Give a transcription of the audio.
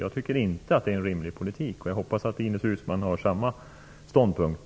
Jag tycker inte att det är en rimlig politik, och jag hoppas att Ines Uusmann intar samma ståndpunkt.